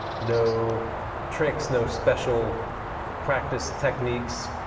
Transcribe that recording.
no tricks, no special practice techniques,